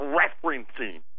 referencing